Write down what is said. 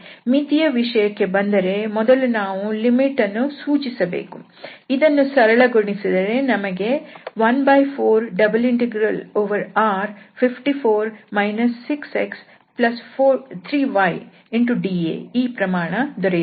ಮಿತಿ ಯ ವಿಷಯಕ್ಕೆ ಬಂದರೆ ಮೊದಲು ನಾವು ಮಿತಿ ಯನ್ನು ಸೂಚಿಸಬೇಕು ಇದನ್ನು ಸರಳಗೊಳಿಸಿದರೆ ನಮಗೆ 14∬R54 6x3ydA ಈ ಪ್ರಮಾಣ ದೊರೆಯುತ್ತದೆ